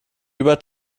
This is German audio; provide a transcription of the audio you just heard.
über